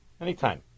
Anytime